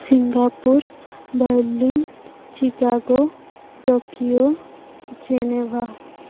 Singapore Berlin Chicago Tokyo Geneva